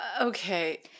Okay